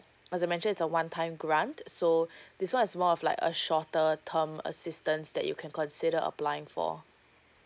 as I mentioned it's a one time grant so this one is more of like a shorter term assistance that you can consider applying for